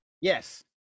Yes